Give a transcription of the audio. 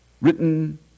written